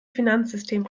finanzsystem